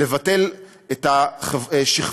לבטל את השכבה,